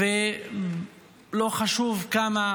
ולא חשוב כמה